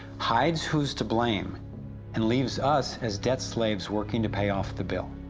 hides who's to blame and leaves us as debt slaves working to pay off the bill.